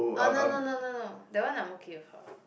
oh no no no no no that one I'm okay with her